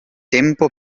tempo